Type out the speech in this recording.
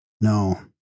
No